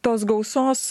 tos gausos